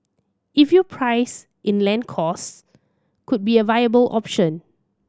if you price in land costs could be a viable option